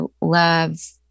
love